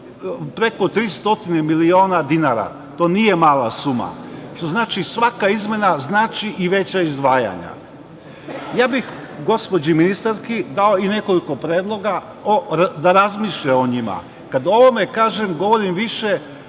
preko 300 miliona dinara. To nije mala suma, što znači svaka izmena znači i veća izdvajanja. Gospođi ministarki bih dao i nekoliko predloga da razmišlja o njima. Kada o ovome kažem govorim više